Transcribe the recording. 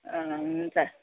अँ हुन्छ